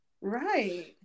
Right